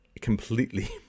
completely